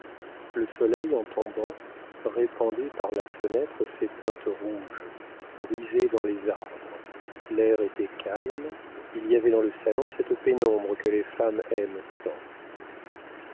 le soleil en tombant répandait par la fenêtre ses teintes rouges brisées dans les arbres l'air était calme il y avait dans le salon cette pénombre que les femmes aiment